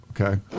Okay